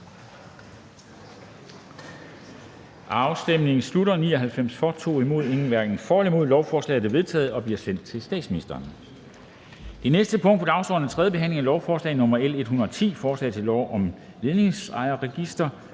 stemte 2 (NB), hverken for eller imod stemte 0. Lovforslaget er vedtaget og bliver sendt til statsministeren. --- Det næste punkt på dagsordenen er: 9) 3. behandling af lovforslag nr. L 110: Forslag til lov om Ledningsejerregistret.